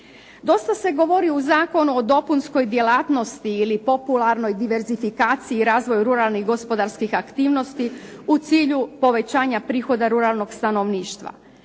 Dosta se govori u Zakonu o dopunskoj djelatnosti ili popularnoj diverzifikaciji i razvoju ruralnih gospodarskih aktivnosti, u cilju povećanja prihoda ruralnog stanovništva.